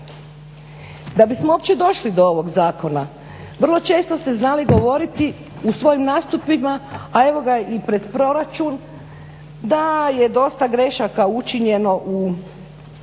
Da bismo uopće došli do ovog zakona vrlo često ste znali govoriti u svojim nastupima a evo ga i pred proračun da je dosta grešaka učinjeno u